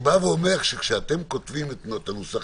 אבל כשאתם כותבים את הנוסחים,